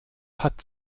hat